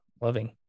loving